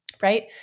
right